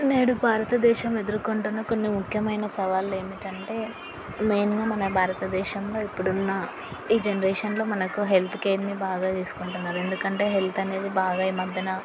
నేడు భారతదేశం ఎదురుకొంటున్న కొన్ని ముఖ్యమైన సవాళ్ళు ఏమిటంటే మెయిన్గా మన భారతదేశంలో ఇప్పుడున్న ఈ జనరేషన్లో మనకు హెల్త్ కేర్ని బాగా తీసుకుంటున్నారు ఎందుకంటే హెల్త్ అనేది బాగా ఈ మధ్యన